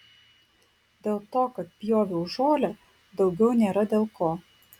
dėl to kad pjoviau žolę daugiau nėra dėl ko